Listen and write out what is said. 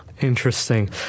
Interesting